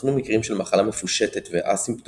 וייתכנו מקרים של מחלה מפושטת וא-סימפטומטית,